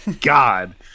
God